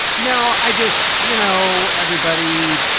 no, i just you know, everybody.